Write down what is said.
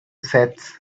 sets